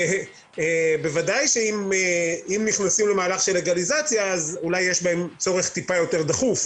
בוודאי שאם נכנסים למהלך של לגליזציה אולי יש צורך יותר דחוף,